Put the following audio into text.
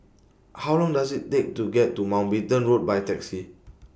How Long Does IT Take to get to Mountbatten Road By Taxi